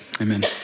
amen